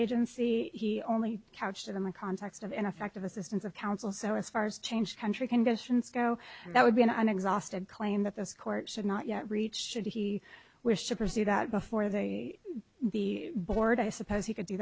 agency he only couched it in the context of ineffective assistance of counsel so as far as change country conditions go that would be an exhausted claim that this court should not yet reached should he wish to pursue that before they board i suppose he could do